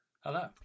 Hello